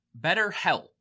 BetterHelp